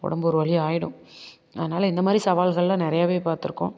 உடம்பு ஒரு வலி ஆயிடும் அதனால இந்த மாதிரி சவால்கள்லாம் நிறையாவே பார்த்துருக்கோம்